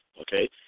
Okay